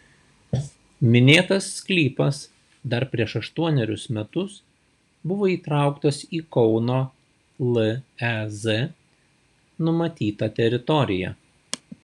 minėtas sklypas dar prieš aštuonerius metus buvo įtrauktas į kauno lez numatytą teritoriją